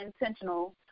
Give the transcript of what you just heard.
intentional